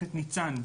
מערכת ניצן.